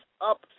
up